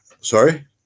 Sorry